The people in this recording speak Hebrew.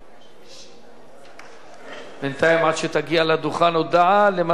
בינתיים, עד שתגיע לדוכן, הודעה למזכירת הכנסת.